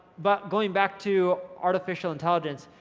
but going back to artificial intelligence,